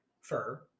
fur